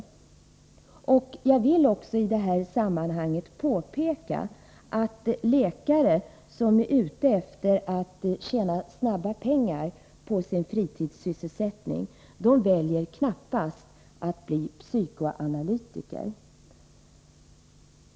Jag vill i detta sammanhang påpeka att läkare, som är ute efter att tjäna snabba pengar på sin fritidssysselsättning, knappast väljer att bli psykoanalytiker.